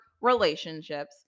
relationships